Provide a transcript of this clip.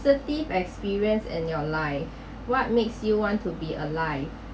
~sitive experience in your life what makes you want to be alive